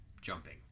jumping